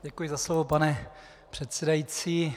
Děkuji za slovo, pane předsedající.